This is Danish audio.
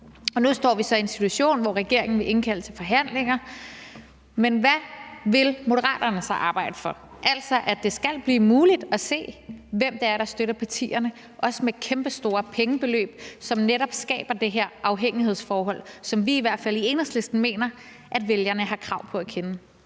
Nu står vi så en situation, hvor regeringen vil indkalde til forhandlinger, men hvad vil Moderaterne så arbejde for? Er det, at det skal blive muligt at se, hvem der støtter partierne, også med kæmpestore pengebeløb, som netop skaber det her afhængighedsforhold, og som vi i hvert fald i Enhedslisten mener at vælgerne har krav på at kende